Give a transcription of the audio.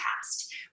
past